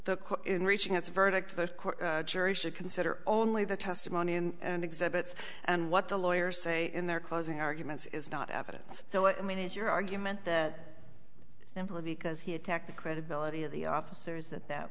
the in reaching its verdict the jury should consider only the testimony and exhibits and what the lawyers say in their closing arguments is not evidence so i mean it your argument that simply because he attacked the credibility of the officers that that